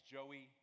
Joey